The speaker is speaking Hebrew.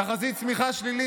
תחזית הצמיחה שלילית,